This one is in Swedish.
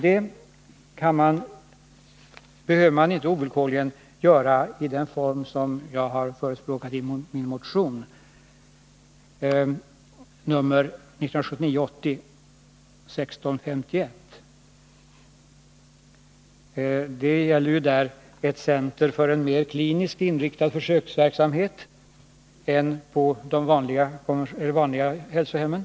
Det behöver man inte ovillkorligen göra i den form som jag har förespråkat i min motion nr 1979/80:1651, där jag talar om ett center för en mer kliniskt inriktad försöksverksamhet än den som förekommer vid något av de vanliga hälsohemmen.